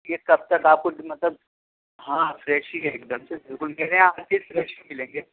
یہ کب تک آپ کو مطلب ہاں فریش ہی ہے ایک دم سے بالکل میرے یہاں ہر چیز فریش ہی ملے گی